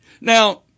Now